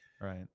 Right